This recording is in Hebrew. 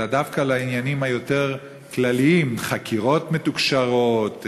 אלא דווקא לעניינים היותר-כלליים: חקירות מתוקשרות,